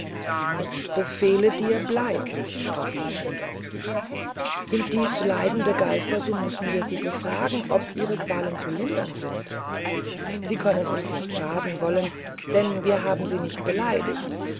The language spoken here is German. ich befehle dir bleib sprach matilde sind dies leidende geister so müssen wir sie befragen ob ihre qualen zu lindern stehn sie können uns nicht schaden wollen denn wir haben sie nicht beleidigt